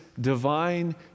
divine